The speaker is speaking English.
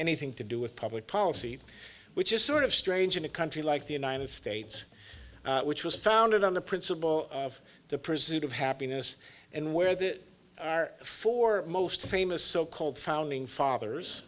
anything to do with public policy which is sort of strange in a country like the united states which was founded on the principle of the presumed of happiness and where they are for most famous so called founding fathers